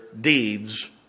deeds